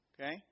okay